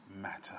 matter